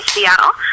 Seattle